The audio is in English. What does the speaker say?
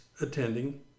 attending